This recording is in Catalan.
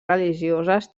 religioses